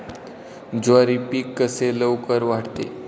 ज्वारी पीक कसे लवकर वाढते?